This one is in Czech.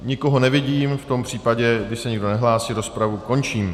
Nikoho nevidím, v tom případě, když se nikdo nehlásí, rozpravu končím.